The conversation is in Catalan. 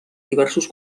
diversos